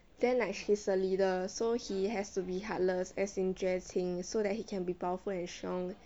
then like she's the leader so he has to be heartless as in 绝情 so that he can be powerful and strong